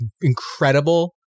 incredible